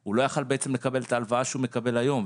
הוא לא יכל בעצם לקבל את ההלוואה שהוא מקבל היום,